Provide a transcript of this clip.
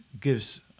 gives